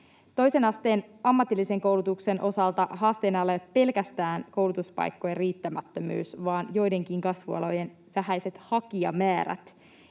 Toisen asteen ammatillisen koulutuksen osalta haasteena ei ole pelkästään koulutuspaikkojen riittämättömyys, vaan joidenkin kasvualojen vähäiset hakijamäärät